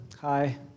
hi